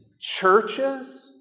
churches